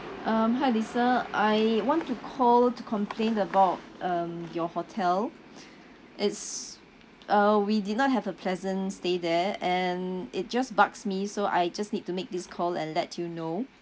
um hi lisa I want to call to complain about um your hotel it's uh we did not have a pleasant stay there and it just bugs me so I just need to make this call and let you know